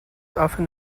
often